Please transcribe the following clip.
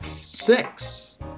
six